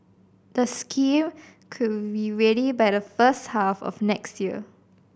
the scheme could be ready by the first half of next year